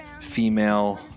female